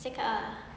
cakap ah